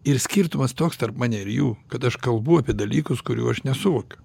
ir skirtumas toks tarp mane ir jų kad aš kalbu apie dalykus kurių aš nesuvokiu